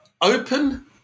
Open